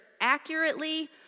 accurately